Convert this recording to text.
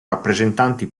rappresentanti